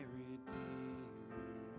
redeemer